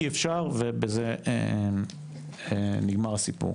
אי אפשר ובזה נגמר הסיפור.